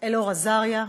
אלאור אזריה,